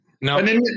No